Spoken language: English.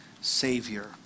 Savior